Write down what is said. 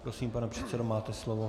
Prosím, pane předsedo, máte slovo.